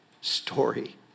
story